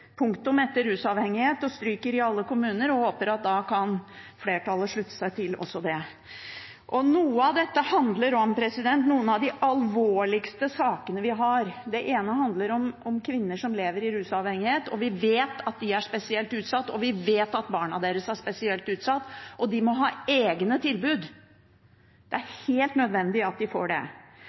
punktum etter «rusavhengighet» og stryker «i alle kommuner». Jeg håper at flertallet da kan slutte seg til også det. Noe av dette handler om noen av de alvorligste sakene vi har. Det ene handler om kvinner som lever i rusavhengighet. Vi vet at de er spesielt utsatt, og vi vet at barna deres er spesielt utsatt. De må ha egne tilbud, det er helt nødvendig at de får det.